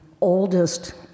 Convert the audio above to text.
oldest